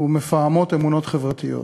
ומפעמות אמונות חברתיות.